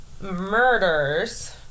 murders